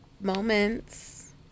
moments